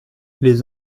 les